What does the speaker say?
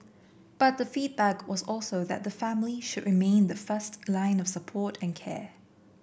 but the feedback was also that the family should remain the first line of support and care